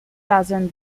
dozen